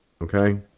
okay